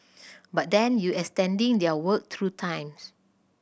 but then you extending their work through times